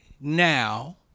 now